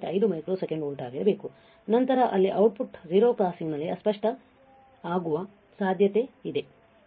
5 microsecond volt ಆಗಿರಬೇಕು ನಂತರ ಅಲ್ಲಿ ಔಟ್ ಪುಟ್ 0 ಕ್ರಾಸಿಂಗ್ ನಲ್ಲಿ ಅಸ್ಪಷ್ಟ ಆಗುವ ಸಾಧ್ಯತೆ ಇದೆ